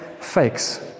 fakes